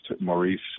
Maurice